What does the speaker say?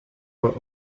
were